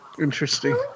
Interesting